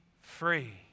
free